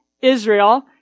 Israel